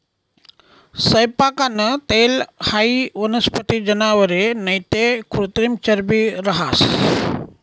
सैयपाकनं तेल हाई वनस्पती, जनावरे नैते कृत्रिम चरबी रहास